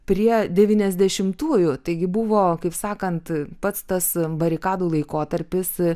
prie devyniasdešimtųjų taigi buvo kaip sakant pats tas barikadų laikotarpis